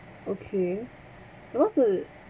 okay what's a